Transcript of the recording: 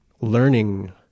learning